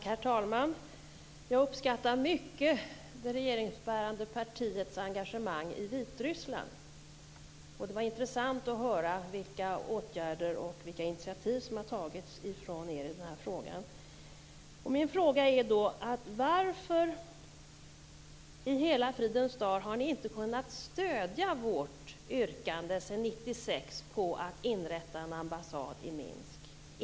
Herr talman! Jag uppskattar mycket det regeringsbärande partiets engagemang i Vitryssland. Det var intressant att höra vilka åtgärder som har vidtagits och vilka initiativ som har tagits från er i den här frågan. Min fråga är: Varför i hela fridens namn har ni inte kunnat stödja vårt yrkande sedan 1996 på att inrätta en ambassad i Minsk?